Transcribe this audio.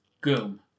Goom